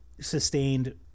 sustained